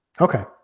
Okay